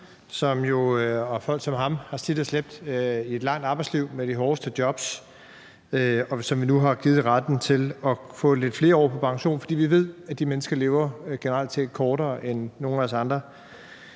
Arne og folk som ham, der har slidt og slæbt i et langt arbejdsliv med de hårdeste jobs, og som vi nu har givet retten til at få lidt flere år på pension, fordi vi ved, at de mennesker generelt set lever kortere end nogle af os andre.